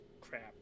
crap